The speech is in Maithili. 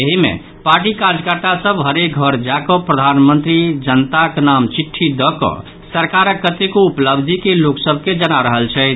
एहि मे पार्टी कार्यकर्ता सभ हरेक घर जा कऽ प्रधानमंत्रीक जनताक नाम चिट्ठी दऽ कऽ सरकारक कतेको उपलब्धि के लोक सभ के जना रहल छथि